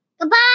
Goodbye